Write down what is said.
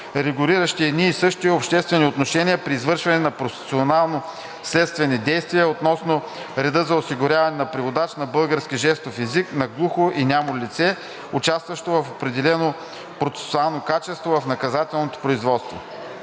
регулиращи едни и същи обществени отношения при извършване на процесуално-следствени действия относно реда за осигуряване на преводач на български жестов език на глухо или нямо лице, участващо в определено процесуално качество в наказателното производство.